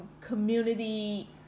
Community